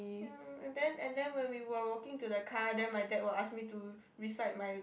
ya and then and then when we were walking to the car then my dad will ask me to recite my